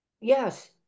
yes